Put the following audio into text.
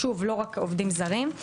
שוב, לא רק עובדים זרים.